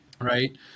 right